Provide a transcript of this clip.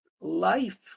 life